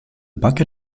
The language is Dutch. bakker